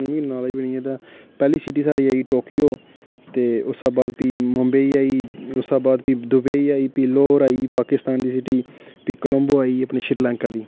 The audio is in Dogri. मी नालेज बी नी एह्दा पैह्ली सिटी स्हाड़ी आई गेई टोकियो ते अस हा बाद फ्ही मुम्बई आई गेई उस हा बाद फ्ही दुबेई आई गेई फ्ही लाहौर आई पाकिस्तान दी सिटी फ्ही कलोम्बो आई गेई अपने श्रीलंका दी